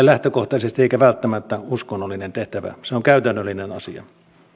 lähtökohtaisesti eikä välttämättä uskonnollinen tehtävä se on käytännöllinen asia